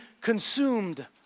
consumed